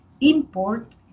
import